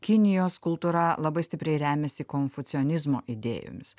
kinijos kultūra labai stipriai remiasi konfucianizmo idėjomis